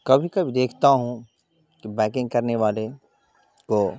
کبھی کبھی دیکھتا ہوں کہ بائکنگ کرنے والے کو